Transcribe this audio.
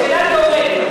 שאלה תיאורטית.